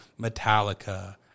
Metallica